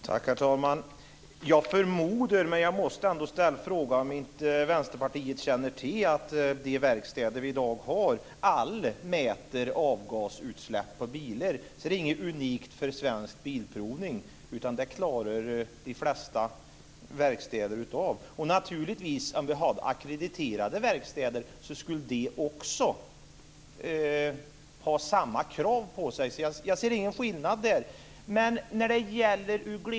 Herr talman! Jag förmodar, men jag måste ändå ställa frågan, att Vänsterpartiet känner till att alla de verkstäder vi har i dag mäter avgasutsläpp på bilarna. Det är inget unikt för Svensk Bilprovning. Det klarar de flesta verkstäder av. Om vi hade ackrediterade verkstäder skulle de ha samma krav på sig. Jag ser ingen skillnad där.